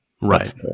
Right